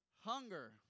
hunger